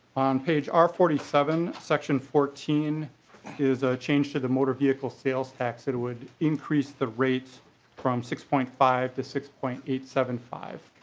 on page r forty seven section fourteen is a change to the motor vehicle sales tax that would increase the rates from six point five to six point eight seven five.